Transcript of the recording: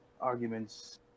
arguments